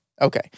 Okay